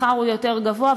השכר הוא יותר גבוה,